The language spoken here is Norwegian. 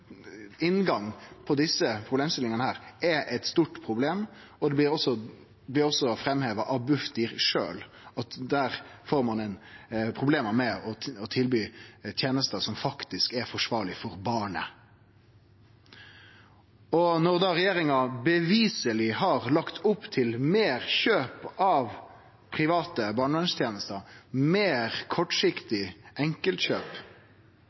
blir også framheva av Bufdir sjølv at ein får problem med å tilby tenester som faktisk er forsvarlege for barnet. Når regjeringa beviseleg har lagt opp til meir kjøp av private barnevernstenester, meir kortsiktige enkeltkjøp,